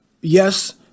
Yes